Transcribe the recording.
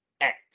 act